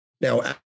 Now